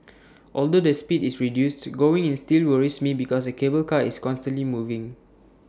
although the speed is reduced going in still worries me because the cable car is constantly moving